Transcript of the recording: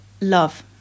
love